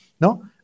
No